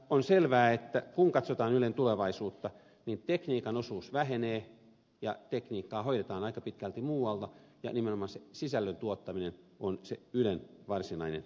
on selvää kun katsotaan ylen tulevaisuutta niin tekniikan osuus vähenee ja tekniikkaa hoidetaan aika pitkälti muualla ja nimenomaan se sisällön tuottaminen on se ylen varsinainen tehtävä